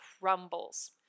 crumbles